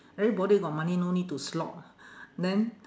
everybody got money no need to slog then